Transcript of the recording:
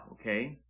okay